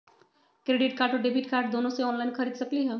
Credit card और debit card दोनों से ऑनलाइन खरीद सकली ह?